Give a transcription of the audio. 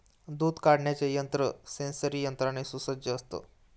दूध काढण्याचे यंत्र सेंसरी यंत्राने सुसज्ज असतं